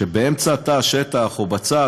שבאמצע תא השטח או בצד,